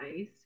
ice